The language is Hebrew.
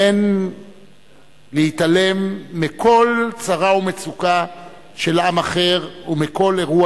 אין להתעלם מכל צרה ומצוקה של עם אחר ומכל אירוע